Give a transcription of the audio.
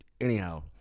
anyhow